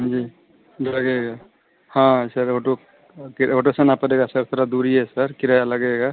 जी लगेगा हाँ sir auto auto से जाना पड़ेगा सर थोड़ी दूरी पर है सर किराया लगेगा